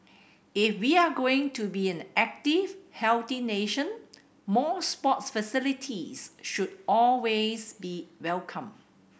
if we're going to be an active healthy nation more sports facilities should always be welcome